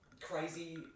crazy